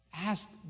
asked